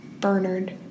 Bernard